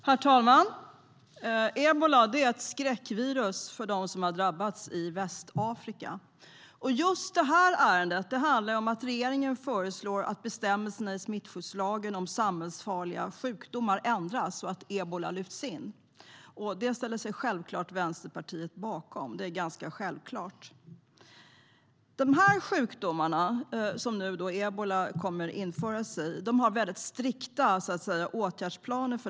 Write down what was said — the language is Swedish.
Herr talman! Ebola är ett skräckvirus för dem som har drabbats i Västafrika. Just detta ärende handlar om att regeringen föreslår att bestämmelserna i smittskyddslagen om samhällsfarliga sjukdomar ändras och att ebola lyfts in. Det ställer sig Vänsterpartiet självklart bakom. För dessa samhällsfarliga sjukdomar i smittskyddslagen, där ebola kommer att föras in, finns det mycket strikta åtgärdsplaner.